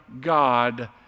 God